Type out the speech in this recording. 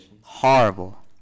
Horrible